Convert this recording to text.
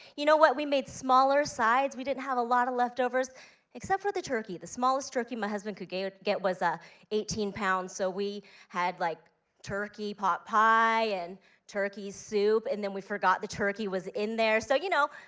you know what? we made smaller sides, we didn't have a lot of leftovers except for the turkey, the smallest turkey my husband could get was ah eighteen pounds. so we had like turkey, pot pie and turkey soup and then we forgot the turkey was in there. so, you know,